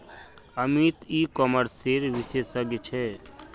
अमित ई कॉमर्सेर विशेषज्ञ छे